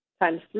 times